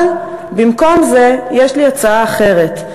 אבל במקום זה יש לי הצעה אחרת,